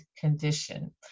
condition